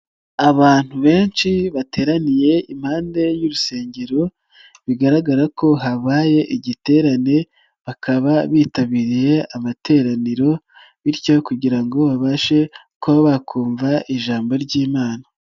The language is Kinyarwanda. Abantu benshi bateraniye impande y'urusengero, bigaragara ko habaye igiterane, bakaba bitabiriye amateraniro, bityo kugira ngo babashe kuba bakumva ijambo ry'Imana.